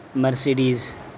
Mercedes